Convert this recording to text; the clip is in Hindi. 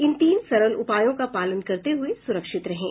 इन तीन सरल उपायों का पालन करते हुए सुरक्षित रहें